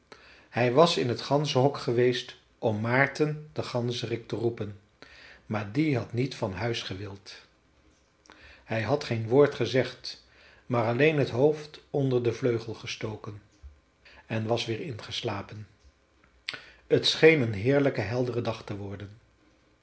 hij was in t ganzenhok geweest om maarten den ganzerik te roepen maar die had niet van huis gewild hij had geen woord gezegd maar alleen het hoofd onder den vleugel gestoken en was weer ingeslapen t scheen een heerlijke heldere dag te worden